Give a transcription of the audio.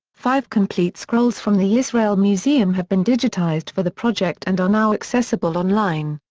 five complete scrolls from the israel museum have been digitized for the project and are now accessible online.